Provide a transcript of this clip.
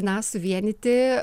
na suvienyti